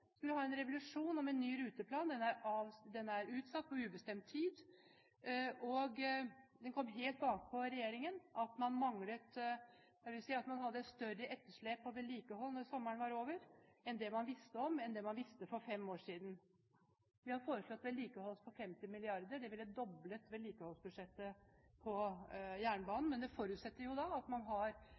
skulle ha en revolusjon, med en ny ruteplan. Den er utsatt på ubestemt tid. Og det kom helt bakpå for regjeringen at man hadde et større etterslep på vedlikehold når sommeren var over, enn det man visste for fem år siden. Vi har foreslått vedlikehold for 50 mrd. kr. Det ville doblet vedlikeholdsbudsjettet for jernbanen, men det forutsetter jo da at man har